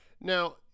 Now